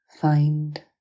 find